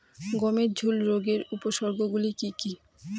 গমের ঝুল রোগের উপসর্গগুলি কী কী?